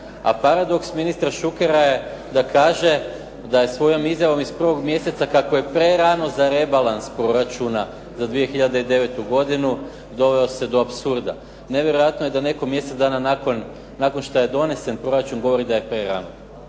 A paradoks ministra Šukera je da kaže da je svojom izjavom iz prvog mjeseca kako je prerano za rebalans proračuna za 2009. godinu, doveo se do apsurda. Nevjerojatno je da netko nakon mjesec dana nakon što je donesen proračun govori da je prerano.